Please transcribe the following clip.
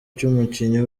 cy’umukinnyi